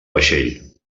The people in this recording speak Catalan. vaixell